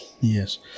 Yes